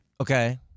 Okay